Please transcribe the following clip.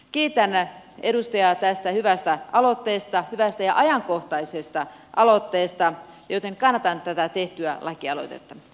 kiitän edustajaa tästä hyvästä ja ajankohtaisesta aloitteesta joten kannatan tätä tehtyä laki aloitetta